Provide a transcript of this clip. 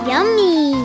Yummy